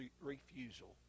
refusal